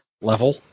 level